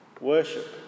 worship